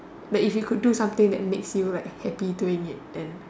like if you could something that makes you like happy doing it then